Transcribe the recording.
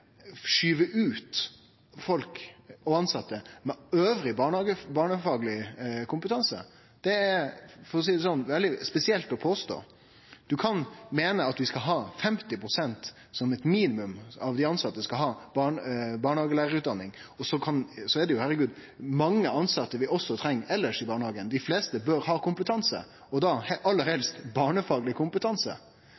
skyve ut folk og tilsette med annan barnefagleg kompetanse. Det er veldig spesielt å påstå det. Ein kan meine at ein skal ha eit minimumskrav om at 50 pst. av dei tilsette skal ha barnehagelærarutdanning, men ein treng jo – herregud – framleis mange andre tilsette i barnehagen. Men dei fleste bør ha kompetanse, aller